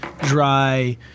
dry